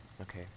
Okay